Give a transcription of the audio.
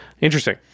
Interesting